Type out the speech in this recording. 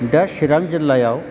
दा चिरां जिल्लायाव